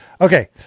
Okay